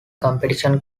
competition